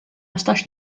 nistax